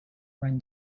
run